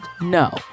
No